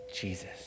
Jesus